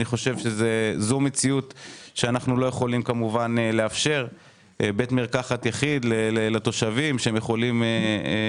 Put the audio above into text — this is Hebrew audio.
אני חושב שמציאות של בית מרקחת יחיד שיאפשר לתושבים לרכוש